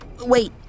Wait